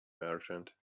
merchant